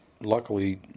luckily